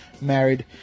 married